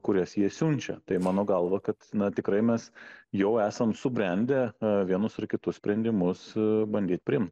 kurias jie siunčia tai mano galva kad tikrai mes jau esam subrendę vienus ar kitus sprendimus bandyt priimt